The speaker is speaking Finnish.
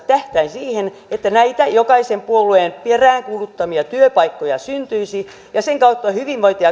tähtäin siihen että näitä jokaisen puolueen peräänkuuluttamia työpaikkoja syntyisi ja sen kautta hyvinvointia